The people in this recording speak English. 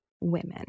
women